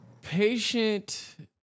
Patient